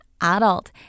adult